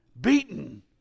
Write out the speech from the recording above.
beaten